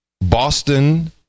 Boston